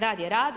Rad je rad.